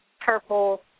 purple